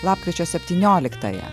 lapkričio septynioliktąją